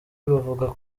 bavuga